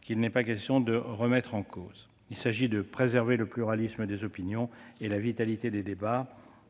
qu'il n'est pas question de remettre en cause. Il s'agit de préserver le pluralisme des opinions et la vitalité des débats,